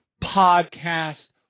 podcast